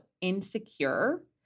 insecure